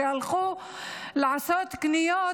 שהלכו לעשות קניות